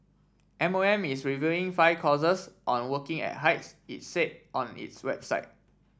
M O M is reviewing five courses on working at heights it said on its website